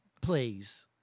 Please